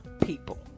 people